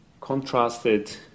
contrasted